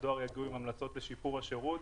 כשהדואר יגיעו עם המלצות לשיפור השירות,